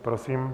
Prosím.